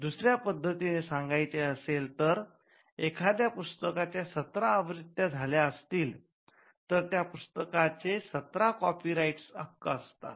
दुसऱ्या पद्धतीने सांगायचे असेल तर समाज एखाद्या पुस्तकाच्या १७ आवृत्या झाल्या असतील तर त्या पुस्तकाचे १७ कॉपीराईट हक्क असतात